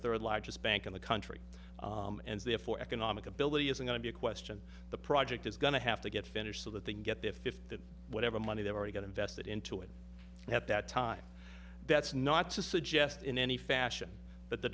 third largest bank in the country and therefore economic ability is going to be a question the project is going to have to get finished so that they can get their fifth of whatever money they already get invested into it at that time that's not to suggest in any fashion but the